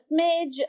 smidge